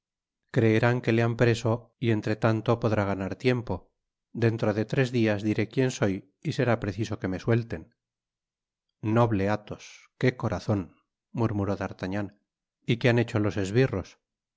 creerán que le han preso y entre tanto podrá ganar tiempo dentro de tres dias diré quien soy y será preciso que me suelten noble athos qué corazon murmuró d'artagnan y qué han hecho los esbirros